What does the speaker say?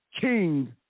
king